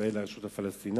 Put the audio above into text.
ישראל לרשות הפלסטינית,